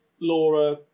Laura